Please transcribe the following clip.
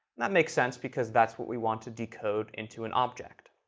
that makes sense, because that's what we want to decode into an object.